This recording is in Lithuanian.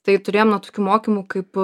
tai turėjom nu tokių mokymų kaip